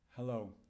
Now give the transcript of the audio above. Hello